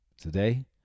today